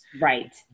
Right